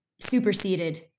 superseded